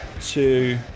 two